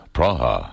Praha